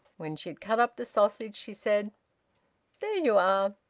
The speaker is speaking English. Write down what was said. when she had cut up the sausage, she said there you are!